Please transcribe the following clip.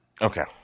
okay